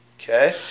okay